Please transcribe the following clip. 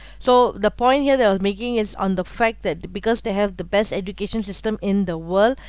so the point here there I was making is on the fact that because they have the best education system in the world